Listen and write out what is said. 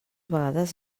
vegades